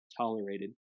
tolerated